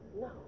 No